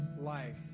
life